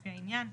לפי העניין,